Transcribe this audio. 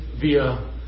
via